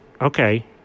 Okay